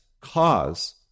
cause